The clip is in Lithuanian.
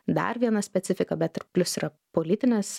dar viena specifika bet ir plius yra politinės